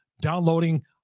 downloading